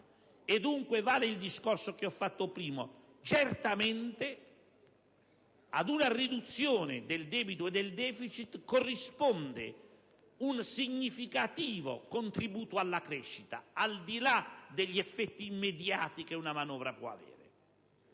Dunque, vale ciò che ho detto prima: certamente, ad una riduzione del debito e del *deficit* corrisponde un significativo contributo alla crescita, al di là degli effetti immediati che una manovra può avere.